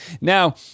Now